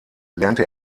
lernte